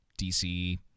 DC